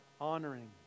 honoring